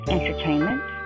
Entertainment